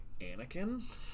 Anakin